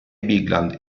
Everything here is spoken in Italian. bigland